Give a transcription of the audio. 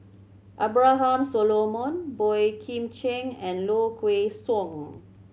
Abraham Solomon Boey Kim Cheng and Low Kway Song